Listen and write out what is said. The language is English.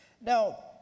Now